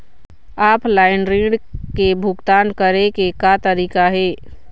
Offline ऋण के भुगतान करे के का तरीका हे?